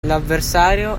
l’avversario